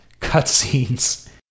cutscenes